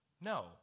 no